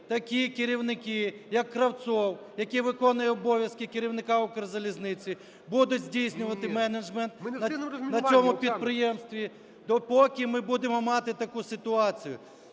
такі керівники як Кравцов, який виконує обов'язки керівника "Укрзалізниці", будуть здійснювати менеджмент на цьому підприємстві, допоки ми будемо мати таку ситуацію,